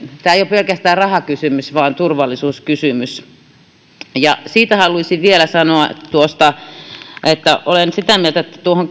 tämä ei ole pelkästään rahakysymys vaan turvallisuuskysymys siitä haluaisin vielä sanoa että olen sitä mieltä että tuohon